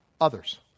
others